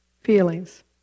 feelings